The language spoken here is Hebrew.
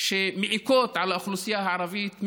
שמעיקות על האוכלוסייה הערבית,